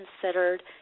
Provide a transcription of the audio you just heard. considered